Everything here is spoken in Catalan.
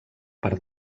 per